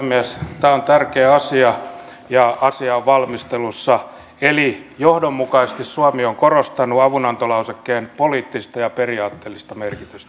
tämä on tärkeä asia ja asia on valmistelussa eli johdonmukaisesti suomi on korostanut avunantolausekkeen poliittista ja periaatteellista merkitystä